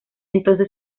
entonces